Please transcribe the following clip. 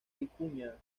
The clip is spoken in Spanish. vicuña